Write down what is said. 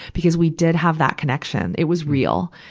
because we did have that connection. it was real.